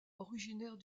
originaire